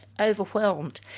overwhelmed